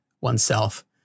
oneself